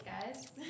guys